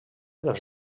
dels